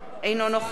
אינו נוכח